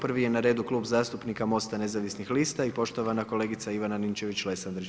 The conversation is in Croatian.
Prvi je na redu Klub zastupnika Mosta nezavisnih lista i poštovana kolegica Ivana Ninčević Lesandrić.